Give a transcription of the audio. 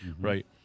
right